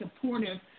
supportive